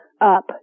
up